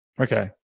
Okay